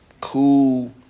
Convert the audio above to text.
cool